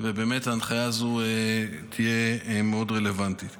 ובאמת ההנחיה הזו תהיה רלוונטית מאוד.